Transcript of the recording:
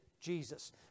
Jesus